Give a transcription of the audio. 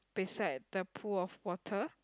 beside the pool of water